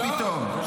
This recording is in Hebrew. מה פתאום.